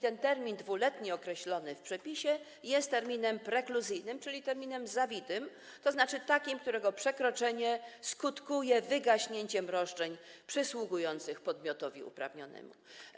Ten termin 2-letni określony w przepisie jest terminem prekluzyjnym, czyli terminem zawitym, tzn. takim, którego przekroczenie skutkuje wygaśnięciem roszczeń przysługujących podmiotowi uprawnionemu.